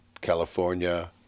California